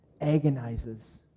agonizes